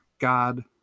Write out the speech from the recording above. God